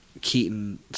Keaton